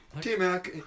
T-Mac